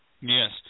Yes